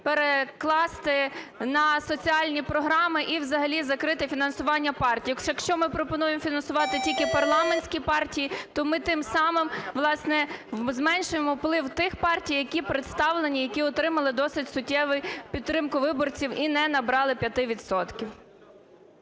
перекласти на соціальні програми і взагалі закрити фінансування партій. Якщо ми пропонуємо фінансувати тільки парламентські партії, то ми тим самим, власне, зменшуємо вплив тих партій, які представлені, які отримали досить суттєву підтримку виборців і не набрали 5